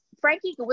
Frankie